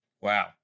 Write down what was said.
Wow